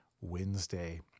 Wednesday